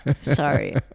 sorry